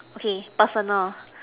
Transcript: okay personal